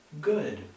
good